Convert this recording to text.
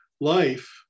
life